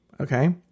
okay